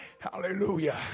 hallelujah